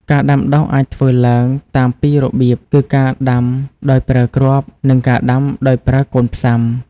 ការដាំដុះអាចធ្វើឡើងតាមពីររបៀប គឺការដាំដោយប្រើគ្រាប់ និងការដាំដោយប្រើកូនផ្សាំ។